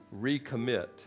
recommit